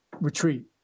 retreat